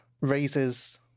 raises